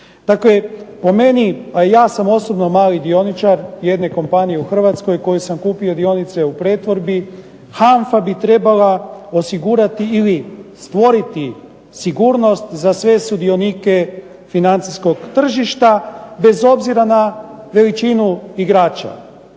Dakle po meni, a i ja sam osobno mali dioničar jedne kompanije u Hrvatskoj, u kojoj sam kupio dionice u pretvorbi, HANFA bi trebala osigurati ili stvoriti sigurnost za sve sudionike financijskog tržišta, bez obzira na veličinu igrača.